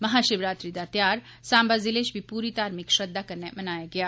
महाशिवरात्री दा त्यौहार साम्बा जिले च बी पूरी धार्मिक श्रद्धा कन्नै मनाया गेआ